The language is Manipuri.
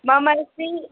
ꯃꯃꯟꯁꯤ